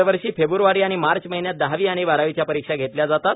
दरवर्षी फेब्र्वारी आणि मार्च महिन्यात दहावी आणि बारावीच्या परिक्षा घेतल्या जातात